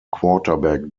quarterback